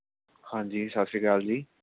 ਹਾਂਜੀ ਸਤਿ ਸ਼੍ਰੀ ਅਕਾਲ ਜੀ